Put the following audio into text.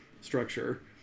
structure